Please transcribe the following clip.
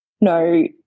no